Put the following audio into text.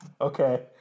Okay